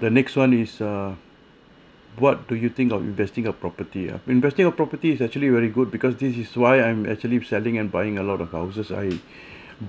the next one is err what do you think of investing a property ah investing a property is actually very good because this is why I'm actually selling and buying a lot of houses I